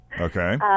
Okay